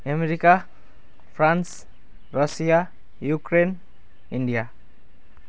America France Russia Ukraine India